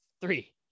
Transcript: Three